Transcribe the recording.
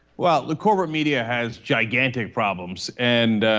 well the core of media has jagged and problems and